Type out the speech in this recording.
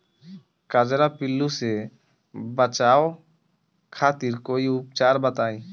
कजरा पिल्लू से बचाव खातिर कोई उपचार बताई?